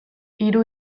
hiru